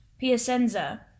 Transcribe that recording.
Piacenza